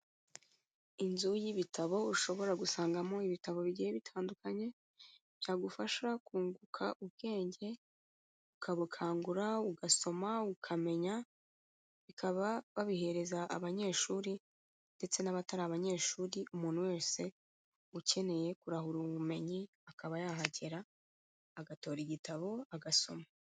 Inzu y'ibitabo ushobora gusangamo ibitabo bigiye bitandukanye, byagufasha kunguka ubwenge ukabukangura ugasoma ukamenya, bakaba babihereza abanyeshuri ndetse n'abatari abanyeshuri, umuntu wese ukeneye kurahura ubumenyi, akaba yahagera agatora igitabo agasoma.